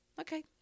Okay